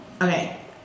Okay